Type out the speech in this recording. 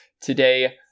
Today